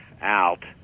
out